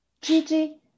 Gigi